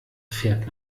fährt